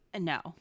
no